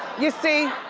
you see.